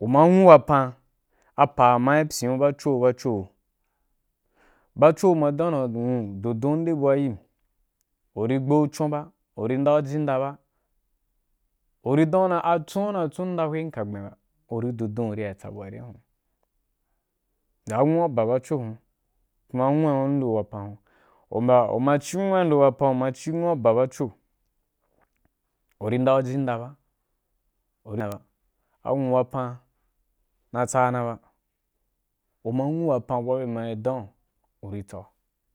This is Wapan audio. uma’i, nwu wapan a pu ‘ a ma yi pyin u bachoh, a bacho’u bacho’u ma danyi dan ra don du u nde buagara yim, u ri gbe’u chun ba, uri ndaù jim da ba, uri dan’u ra a tsun ‘ a una yi tsunda hwem kagbim da b. Uri, don du uri ya tsa abua a waihunwa. Mbya a nwua wa ba bacho hun kuma a nwu a rindo wapan yun. U mbya u ma ci’u a nwu a in do wapan uma ci’u anwu’a ba bacho, u ri ndan’u jindo ba, nda ba, a nwu wapan na tsa naba, umai nwu wapan bu bye ma’i dan yi’u uei tsagu.